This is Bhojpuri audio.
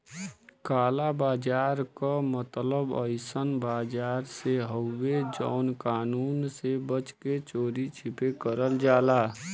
काला बाजार क मतलब अइसन बाजार से हउवे जौन कानून से बच के चोरी छिपे करल जाला